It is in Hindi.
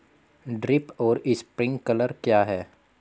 ड्रिप और स्प्रिंकलर क्या हैं?